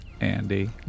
Andy